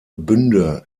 bünde